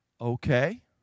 Okay